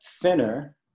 thinner